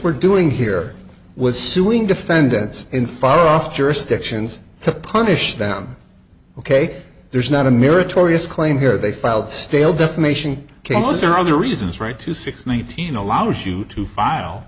were doing here was suing defendants in far off jurisdictions to punish them ok there's not a mirror tori's claim here they filed stale defamation cases are other reasons right two six nineteen allows you to